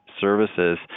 services